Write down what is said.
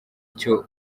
icyo